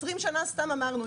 20 שנה סתם אמרנו.